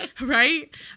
Right